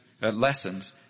lessons